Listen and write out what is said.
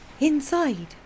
Inside